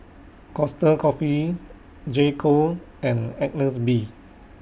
Costa Coffee J Co and Agnes B